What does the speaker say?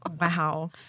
Wow